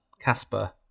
Casper